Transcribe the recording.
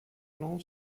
plan